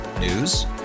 News